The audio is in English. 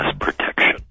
protection